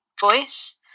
voice